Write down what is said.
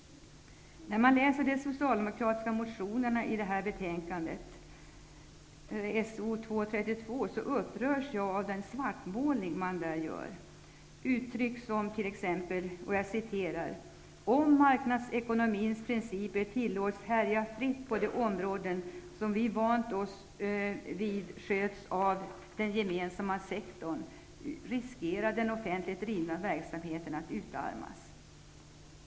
När jag läser de socialdemokratiska motioner som tas upp i det aktuella betänkandet, bl.a. motion 1991/92:So232, blir jag upprörd över den svartmålning som där görs. Man uttrycker sig t.ex. så här: ''Om marknadsekonomins principer tillåts härja fritt på de områden vi vant oss vid sköts av den gemensamma sektorn, riskerar den offentligt drivna verksamheten att utarmas.''